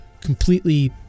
completely